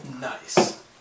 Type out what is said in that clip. Nice